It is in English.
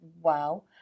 wow